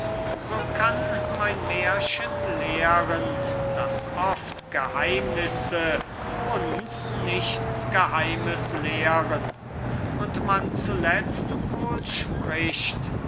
so kann mein märchen lehren daß oft geheimnisse uns nichts geheimes lehren und man zuletzt wohl spricht